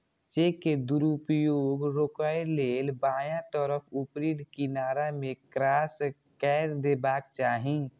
cheque के दुरुपयोग रोकै लेल बायां तरफ ऊपरी किनारा मे क्रास कैर देबाक चाही